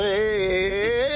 Hey